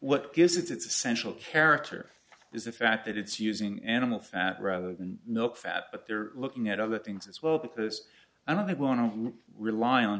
what gives it its essential character is the fact that it's using animal fat rather than milk fat but they're looking at other things as well because i don't want to rely on